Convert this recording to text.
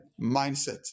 Mindset